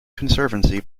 conservancy